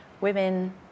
women